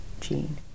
gene